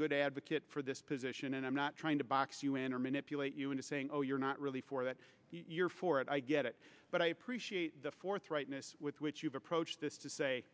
good advocate for this position and i'm not trying to box you in or manipulate you into saying oh you're not really for that you're for it i get it but i appreciate the forthrightness with which you've approached this to say